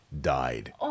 died